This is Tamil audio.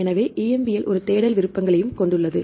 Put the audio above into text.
எனவே EMBL ஒரு தேடல் விருப்பங்களையும் கொண்டுள்ளது